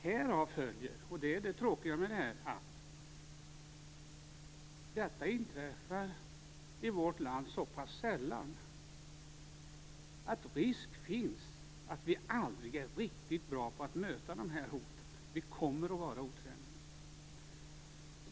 Härav följer - och det är det tråkiga med det här - att detta i vårt land inträffar så pass sällan att det finns risk att vi aldrig är riktigt bra på att möta de här hoten. Vi kommer att vara otränade.